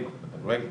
אבל חלק